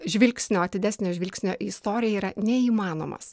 žvilgsnio atidesnio žvilgsnio į istorija yra neįmanomas